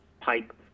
Pipe